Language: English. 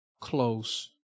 close